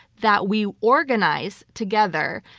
that we organize, together,